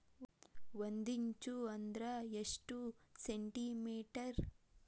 ಒಂದಿಂಚು ಅಂದ್ರ ಎಷ್ಟು ಸೆಂಟಿಮೇಟರ್?